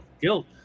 guilt